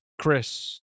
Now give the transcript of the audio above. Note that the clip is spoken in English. chris